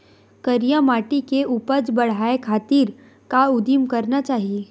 करिया माटी के उपज बढ़ाये खातिर का उदिम करना चाही?